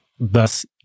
thus